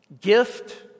...gift